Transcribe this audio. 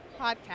podcast